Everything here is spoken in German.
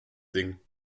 ding